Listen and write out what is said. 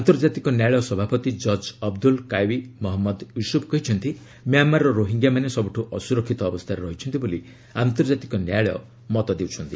ଆନ୍ତର୍ଜାତିକ ନ୍ୟାୟାଳୟ ସଭାପତି କକ୍ ଅବଦୁଲ କାୱି ଅହମ୍ମଦ ୟୁସୁଫ୍ କହିଛନ୍ତି ମ୍ୟାମାରର ରୋହିଙ୍ଗ୍ୟାମାନେ ସବୁଠୁ ଅସୁରକ୍ଷିତ ଅବସ୍ଥାରେ ରହିଛନ୍ତି ବୋଲି ଆନ୍ତର୍ଜାତିକ ନ୍ୟାୟାଳୟ ମତାମତ ଦେଉଛନ୍ତି